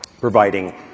providing